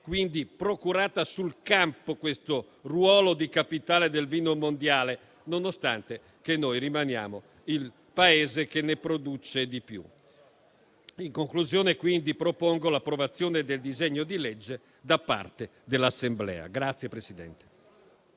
quindi procurata sul campo questo ruolo di capitale del vino mondiale, nonostante il nostro rimanga il Paese che ne produce di più. In conclusione, quindi, propongo l'approvazione del disegno di legge da parte dell'Assemblea.